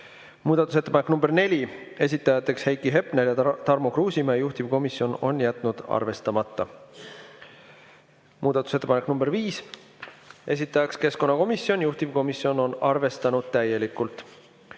Muudatusettepanek nr 4, esitajad Heiki Hepner ja Tarmo Kruusimäe, juhtivkomisjon on jätnud arvestamata. Muudatusettepanek nr 5, esitaja keskkonnakomisjon, juhtivkomisjon on arvestanud täielikult.